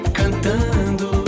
cantando